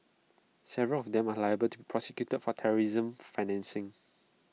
several of them are liable to prosecuted for terrorism financing